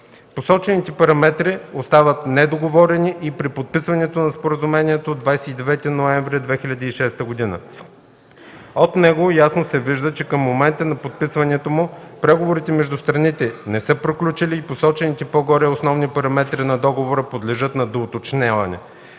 Посочените параметри остават недоговорени и при подписването на Споразумението от 29 ноември 2006 г. От него ясно се вижда, че към момента на подписването му преговорите между страните не са приключили и посочените по-горе основни параметри на договора подлежат на доуточняване.